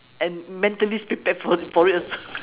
and mentally prepared for for it also